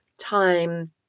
time